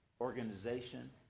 organization